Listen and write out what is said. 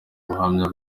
ubuhamya